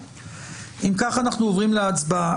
אם כך, אנחנו עוברים להצבעה.